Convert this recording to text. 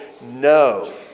no